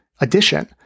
addition